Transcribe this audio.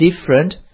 different